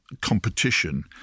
competition